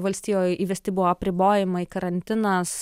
valstijoj įvesti buvo apribojimai karantinas